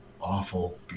awful